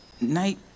night